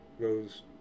goes